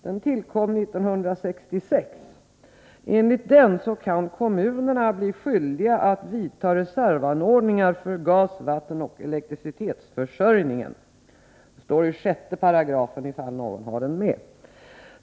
Den tillkom 1966. Enligt denna lag kan kommunerna bli skyldiga att vidta reservanordningar för gas-, vattenoch elektricitetsförsörjningen. — Det står i 6§, ifall någon har den med.